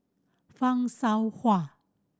Fan Shao Hua